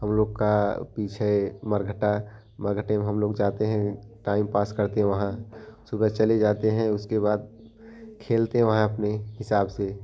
हम लोग का पीछे मरघटा मरघटे में हम लोग जाते हैं टाइम पास करते हैं वहाँ सुबह चले जाते हैं उसके बाद खेलते हैं वहाँ अपने हिसाब से